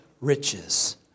riches